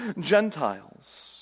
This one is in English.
Gentiles